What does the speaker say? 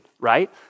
right